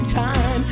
time